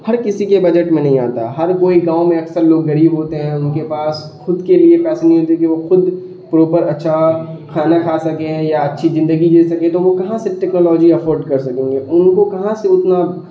ہر کسی کے بجٹ میں نہیں آتا ہر کوئی گاؤں میں اکثر لوگ غریب ہوتے ہیں ان کے پاس خود کے لیے پیسے نہیں ہوتے کہ وہ خود پروپر اچھا کھانا کھا سکیں یا اچھی زندگی جے سکیں تو وہ کہاں سے ٹیکنالوجی افورڈ کر سکیں گے ان کو کہاں سے اتنا